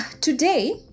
today